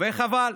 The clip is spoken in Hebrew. וחבל.